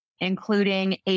including